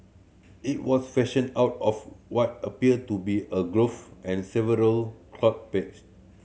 it was fashioned out of what appear to be a glove and several peg